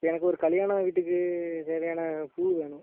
எனக்கு ஒரு கல்யாண வீட்டுக்கு தேவையான பூ வேணும்